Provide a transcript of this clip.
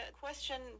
question